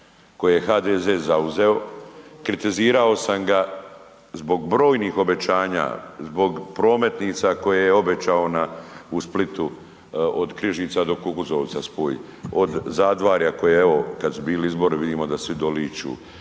koje je HDZ zauzeo, kritizirao sam ga zbog brojnih obećanja, zbog prometnica koje je obećao u Splitu od Križica do Kukuzovca spoj, od Zadvarja koje evo kad su bili izbori vidimo da svi doliću,